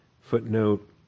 footnote